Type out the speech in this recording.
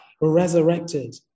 resurrected